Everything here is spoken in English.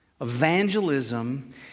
evangelism